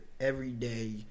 everyday